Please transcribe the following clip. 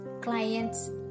clients